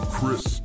Chris